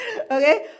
Okay